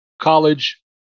college